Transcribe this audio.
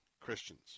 Christians